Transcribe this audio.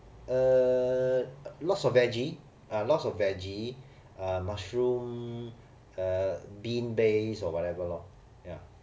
uh lots of veggie uh lots of veggie uh mushroom uh bean base or whatever lor ya